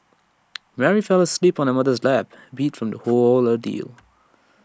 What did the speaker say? Mary fell asleep on her mother's lap beat from the whole ordeal